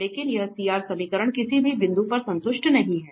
लेकिन यहां CR समीकरण किसी भी बिंदु पर संतुष्ट नहीं हैं